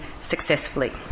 successfully